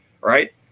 right